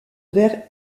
vers